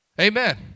Amen